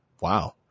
wow